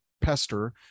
Pester